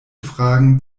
fragen